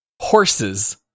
horses